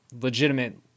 legitimate